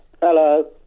Hello